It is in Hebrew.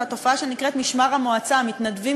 זו התופעה שנקראת "משמר המועצה" מתנדבים